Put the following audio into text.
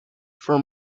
for